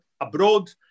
abroad